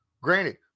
Granted